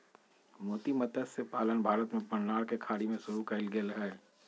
मोती मतस्य पालन भारत में मन्नार के खाड़ी में शुरु कइल गेले हल